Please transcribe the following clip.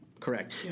Correct